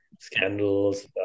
scandals